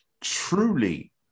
truly